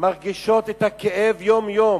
מרגישות את הכאב יום-יום,